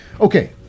Okay